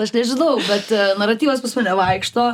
aš nežinau bet naratyvas pas mane vaikšto